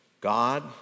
God